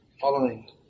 following